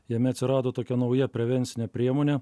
jame atsirado tokia nauja prevencinė priemonė